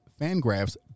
Fangraphs